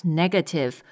negative